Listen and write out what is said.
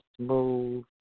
smooth